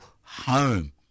home